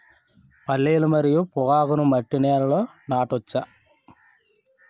పల్లీలు మరియు పొగాకును మట్టి నేలల్లో నాట వచ్చా?